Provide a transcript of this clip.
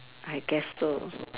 I guess so